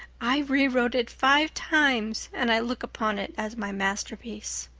i rewrote it five times and i look upon it as my masterpiece.